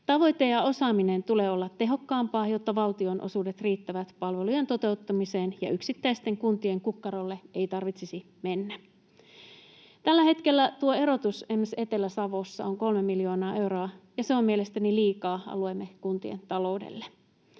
Tavoitteen ja osaamisen tulee olla tehokkaampia, jotta valtionosuudet riittävät palvelujen toteuttamiseen, ja yksittäisten kuntien kukkarolle ei tarvitsisi mennä. Tällä hetkellä tuo erotus esimerkiksi Etelä-Savossa on kolme miljoonaa euroa, ja se on mielestäni liikaa alueemme kuntien taloudelle.